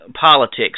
politics